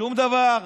שום דבר.